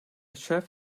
chef